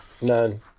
None